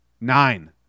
Nine